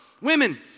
Women